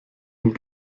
und